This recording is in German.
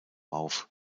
auf